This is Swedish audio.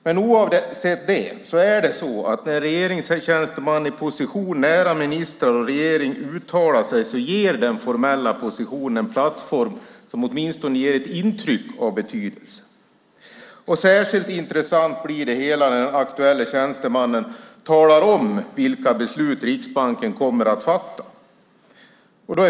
Men oavsett det är det så att när en regeringstjänsteman i position nära ministern och regeringen uttalar sig ger den formella positionen en plattform som åtminstone ger ett intryck av betydelse. Särskilt intressant blir det hela när den aktuelle tjänstemannen talar om vilka beslut Riksbanken kommer att fatta.